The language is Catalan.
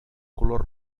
color